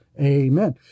Amen